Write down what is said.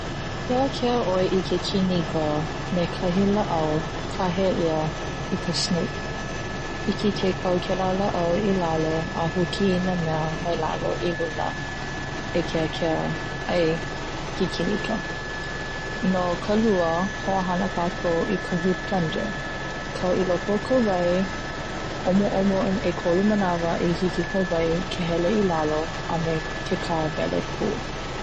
Keakea ʻoe i ke kinika me kahi laʻau kahea ʻia ka "Snake" hiki ke kau i kela laʻau i lalo a huki inā mea mai lalo i luna, i keakea ai ke kinika. no ka lua